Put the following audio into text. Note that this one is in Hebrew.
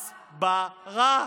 משרד הס-ב-רה,